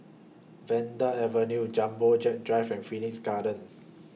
Vanda Avenue Jumbo Jet Drive and Phoenix Garden